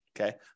Okay